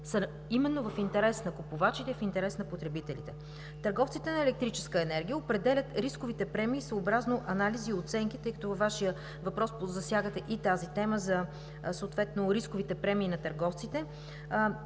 именно в интерес на купувачите, в интерес на потребителите. Търговците на електрическа енергия определят рисковите премии съобразно анализи и оценки. Тъй като във Вашия въпрос засягате и темата за рисковите премии на търговците,